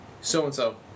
so-and-so